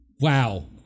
wow